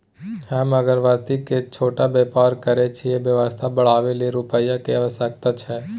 हम अगरबत्ती के छोट व्यापार करै छियै व्यवसाय बढाबै लै रुपिया के आवश्यकता छै?